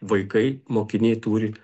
vaikai mokiniai turi